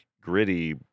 gritty